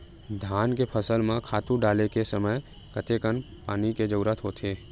धान के फसल म खातु डाले के समय कतेकन पानी के जरूरत होथे?